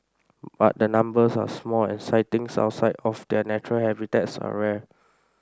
but the numbers are small and sightings outside of their natural habitats are rare